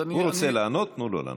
הוא רוצה לענות, תנו לו לענות.